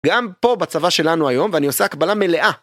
גם פה בצבא שלנו היום, ואני עושה הקבלה מלאה!